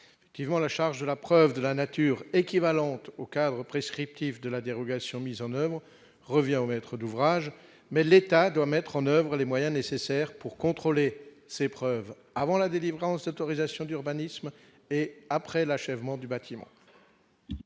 qui vont à la charge de la preuve de la nature équivalente au cadres prescripteurs Yves de la dérogation mises en Oeuvres revient au maître d'ouvrage, mais l'État doit mettre en oeuvre les moyens nécessaires pour contrôler ses preuves avant la délivrance d'autorisations d'urbanisme et après l'achèvement du bâtiment.